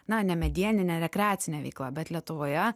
na nemedieninė rekreacinė veikla bet lietuvoje